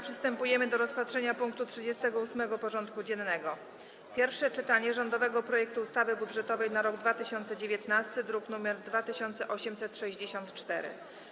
Przystępujemy do rozpatrzenia punktu 38. porządku dziennego: Pierwsze czytanie rządowego projektu ustawy budżetowej na rok 2019 (druk nr 2864)